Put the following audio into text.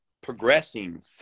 progressing